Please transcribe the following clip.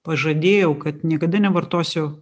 pažadėjau kad niekada nevartosiu